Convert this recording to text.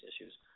issues